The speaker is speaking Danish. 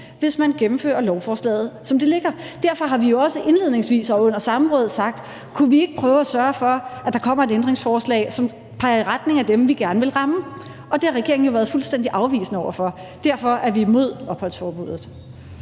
hvis man gennemfører lovforslaget, som det ligger. Derfor har vi også indledningsvis og under samrådet sagt, om ikke vi kunne prøve at sørge for, at der kommer et ændringsforslag, som peger i retning af dem, vi gerne vil ramme, men det har regeringen jo været fuldstændig afvisende over for, og derfor er vi imod opholdsforbuddet.